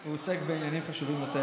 הוא עוסק בעניינים חשובים יותר,